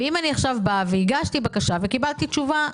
אם הגשתי בקשה וקיבלתי תשובה,